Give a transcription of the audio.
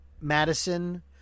Madison